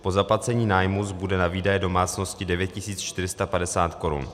Po zaplacení nájmu zbude na výdaje domácnosti 9 450 korun.